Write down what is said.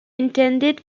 intended